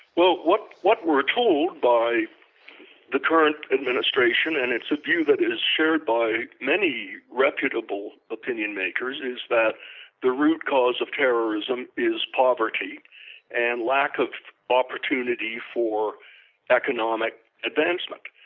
what what we're told by the current administration, and it's a view that is shared by many reputable opinion makers is that the root cause of terrorism is poverty and lack of opportunity for economic advancement.